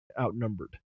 outnumbered